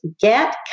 get